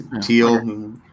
Teal